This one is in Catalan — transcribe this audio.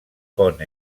pon